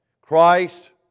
Christ